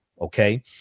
Okay